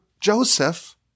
Joseph